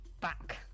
back